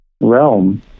realm